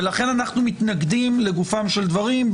ולכן אנחנו מתנגדים לגופם של דברים.